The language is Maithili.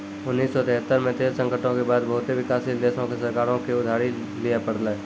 उन्नीस सौ तेहत्तर मे तेल संकटो के बाद बहुते विकासशील देशो के सरकारो के उधारी लिये पड़लै